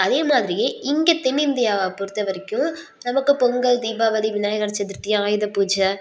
அதே மாதிரியே இங்கே தென்னிந்தியாவை பொறுத்த வரைக்கும் நமக்கு பொங்கல் தீபாவளி விநாயகர் சதுர்த்தி ஆயுதபூஜை